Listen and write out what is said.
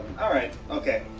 all right. okay,